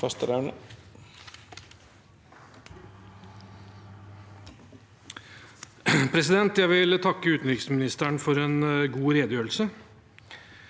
Først må jeg få takke utenriksministeren for en god redegjørelse.